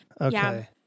Okay